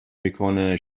میکنه